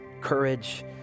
courage